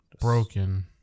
Broken